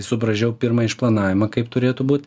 subraižiau pirmą išplanavimą turėtų būt